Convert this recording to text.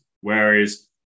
Whereas